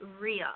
real